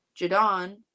Jadon